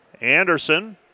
Anderson